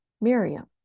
Miriam